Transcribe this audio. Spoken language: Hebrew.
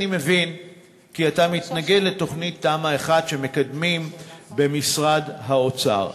אני מבין שאתה מתנגד לתמ"א 1 שמקדמים במשרד האוצר.